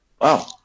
wow